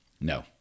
No